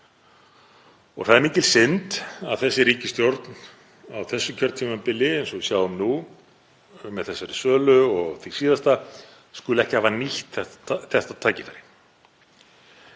Það er mikil synd að ríkisstjórnin á þessu kjörtímabili, eins og við sjáum nú með þessari sölu, og því síðasta, skuli ekki hafa nýtt þetta tækifæri.